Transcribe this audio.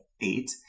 eight